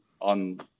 on